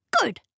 Good